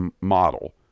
model